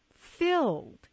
filled